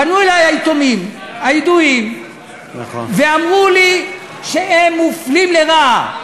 פנו אלי היתומים הידועים ואמרו לי שהם מופלים לרעה.